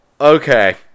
okay